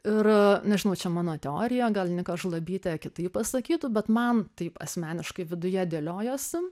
ir nežinau čia mano teorija gal nika žlabytė kitaip pasakytų bet man taip asmeniškai viduje dėliojosi